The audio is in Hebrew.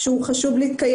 ואני במסגרת